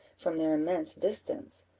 from their immense distance.